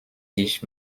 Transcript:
sich